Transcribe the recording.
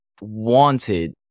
wanted